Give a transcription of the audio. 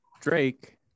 Drake